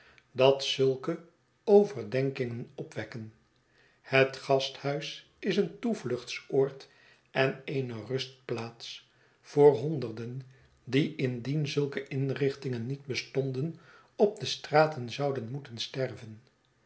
dat zulke overdenkingen opwekken het gasthuis is eentoevluchtsoord en eene rustplaats voor honderden die indien zulke inrichtingen niet bestonden op de straten zouden moeten sterven